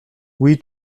oui